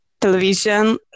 television